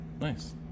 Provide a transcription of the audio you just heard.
Nice